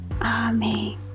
amen